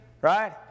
right